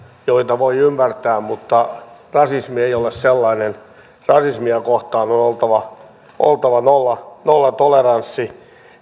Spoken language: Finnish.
joita voi ymmärtää mutta rasismi ei ole sellainen rasismia kohtaan on oltava nollatoleranssi